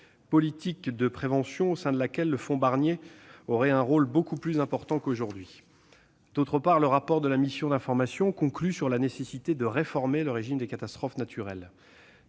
politique de prévention, le fonds Barnier aurait un rôle beaucoup plus important qu'aujourd'hui. Par ailleurs, le rapport de la mission d'information conclut sur la nécessité de réformer le régime des catastrophes naturelles.